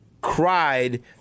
cried